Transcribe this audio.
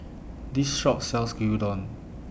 These shops sells Gyudon